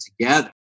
together